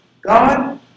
God